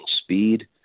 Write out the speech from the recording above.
speed